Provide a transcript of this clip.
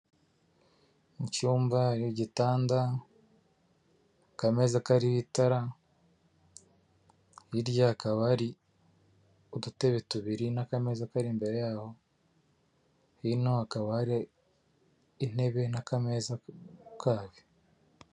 Mu cyumba igitanda, akameza kariho itara, hirya hakaba hari udutebe tubiri n'akameza kari imbere yaho, hino hakaba hari ari intebe n'akameza kayo.